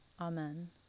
Amen